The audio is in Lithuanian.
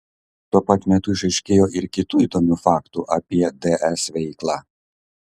tuo pat metu išaiškėjo ir kitų įdomių faktų apie ds veiklą